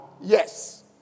Yes